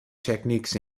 techniques